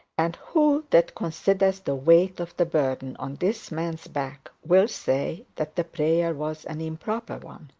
and who that considers the weight of the burden on this man's back, will say that the prayer was an improper one?